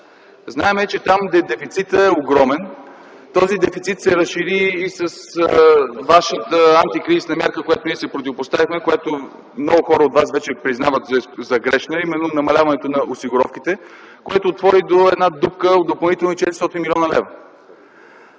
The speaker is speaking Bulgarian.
Знаем, че там дефицитът е огромен. Този дефицит се разшири и с вашата антикризисна мярка, на която ние се противопоставихме, която много хора от вас вече признават за грешна, а именно намаляването на осигуровките, което отвори дупка от допълнителни 400 млн. лв.